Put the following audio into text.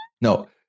No